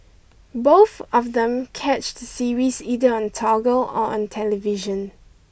both of them catch the series either on toggle or on television